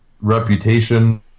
reputation